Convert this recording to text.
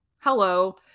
Hello